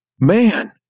Man